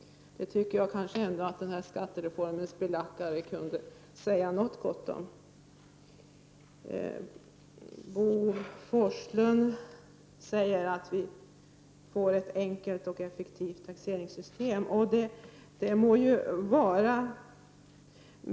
Det tycker jag att skattereformens belackare kunde säga något gott om. Bo Forslund säger att vi får ett enkelt och effektivt taxeringssystem. Det må vara så.